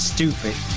Stupid